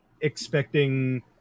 expecting